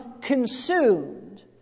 consumed